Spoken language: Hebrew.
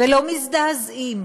ולא מזדעזעים,